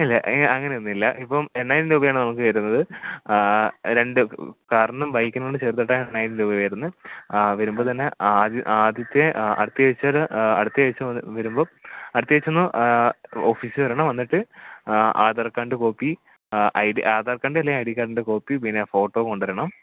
ഇല്ല അങ്ങനെയൊന്നുമില്ല ഇപ്പം എണ്ണായിരം രൂപയാണ് നമുക്ക് വരുന്നത് രണ്ട് കാർനും ബൈക്കിനും കൂടെ ചേർത്തിട്ടാണ് എണ്ണായിരം രൂപ വരുന്നത് വരുമ്പോൾ തന്നെ ആദ്യം ആദ്യത്തെ അടുത്ത ആഴ്ച്ചയിൽ അടുത്ത ആഴ്ച്ച വരുമ്പോൾ അടുത്ത ആഴ്ച്ചയൊന്ന് ഓഫീസിൽ വരണം വന്നിട്ട് ആധാർകാട്ൻ്റെ കോപ്പി ഐ ഡി ആധാർകാഡ്ൻ്റെ എല്ലാ ഐ ഡികാഡ്ൻ്റെ കോപ്പി പിന്നെ ഫോട്ടോ കൊണ്ട് വരണം